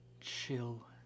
Chill